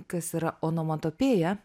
kas yra onomatopėja